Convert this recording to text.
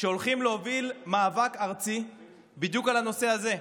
שהולכים להוביל מאבק ארצי בדיוק על הנושא הזה.